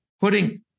putting